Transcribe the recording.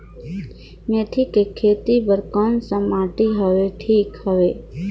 मेथी के खेती बार कोन सा माटी हवे ठीक हवे?